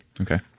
Okay